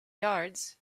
yards